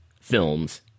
films